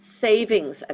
savings